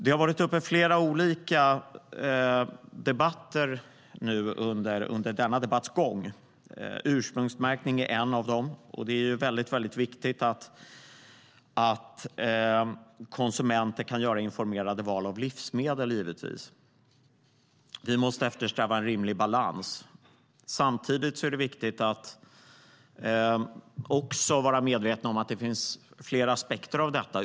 Under denna debatts gång har flera saker kommit upp. Ursprungsmärkning är en av dem. Det är givetvis väldigt viktigt att konsumenter kan göra informerade val av livsmedel. Vi måste dock eftersträva en rimlig balans, och det är viktigt att vara medveten om att det finns flera aspekter av detta.